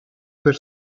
per